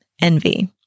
envy